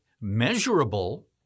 measurable